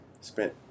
spent